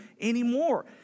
anymore